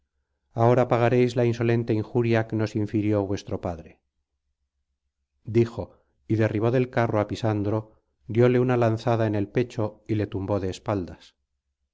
ahora pagaréis la insolente injuria que nos infirió vuestro padre dijo y derribó del carro á pisandro dióle una lanzada en el pecho y le tumbó de espaldas